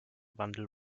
wandel